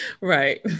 right